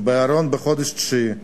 שהיא בחודש התשיעי להיריון,